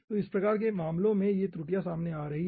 तो इस प्रकार के मामलों में ये त्रुटियां सामने आ रही हैं